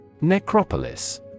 Necropolis